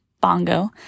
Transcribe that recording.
bongo